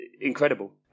incredible